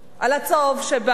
על הצהוב שבה,